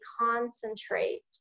concentrate